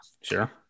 Sure